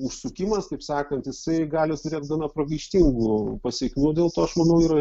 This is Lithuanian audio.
užsukimas taip sakant jisai gali turėt gana pragaištingų pasekmių dėl to aš manau yra